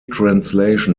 translation